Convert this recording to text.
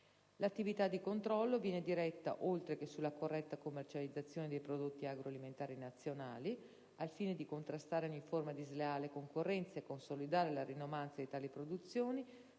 L'attività di controllo viene diretta, oltre che sulla corretta commercializzazione dei prodotti agroalimentari nazionali (al fine di contrastare ogni forma di sleale concorrenza e consolidare la rinomanza dì tali produzioni,